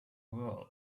world